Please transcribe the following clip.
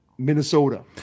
Minnesota